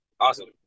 awesome